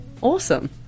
Awesome